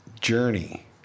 journey